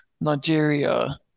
Nigeria